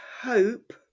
hope